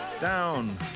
down